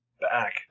Back